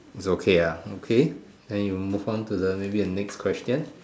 it's okay ah okay then you move in to the maybe the next question